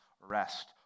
rest